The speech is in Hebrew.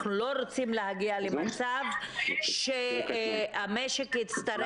אנחנו לא רוצים להגיע למצב שהמשק הצטרך